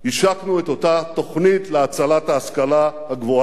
השקנו את אותה תוכנית להצלת ההשכלה הגבוהה.